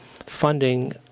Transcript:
Funding